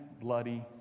bloody